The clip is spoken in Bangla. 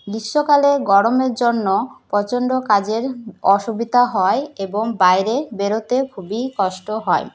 গ্রীষ্মকালে গরমের জন্য প্রচণ্ড কাজের অসুবিধা হয় এবং বাইরে বেরোতে খুবই কষ্ট হয়